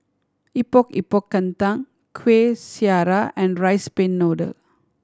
Epok Epok Kentang Kueh Syara and rice pin noodle